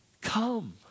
Come